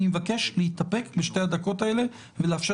אני מבקש להתאפק בשתי הדקות האלה ולאפשר